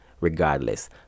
regardless